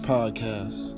Podcast